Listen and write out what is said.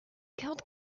killed